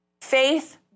Faith